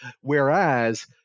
Whereas